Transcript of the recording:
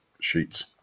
sheets